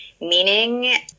meaning